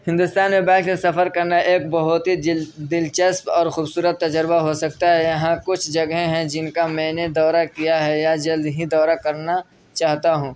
ہندوستان میں بائک سے سفر کرنا ایک بہت ہی دلچسپ اور خوبصورت تجربہ ہو سکتا ہے یہاں کچھ جگہیں ہیں جن کا میں نے دورہ کیا ہے یا جلد ہی دورہ کرنا چاہتا ہوں